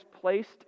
placed